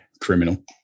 criminal